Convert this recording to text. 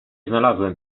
znalazłem